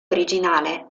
originale